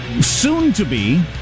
soon-to-be